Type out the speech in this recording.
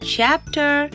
Chapter